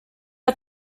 are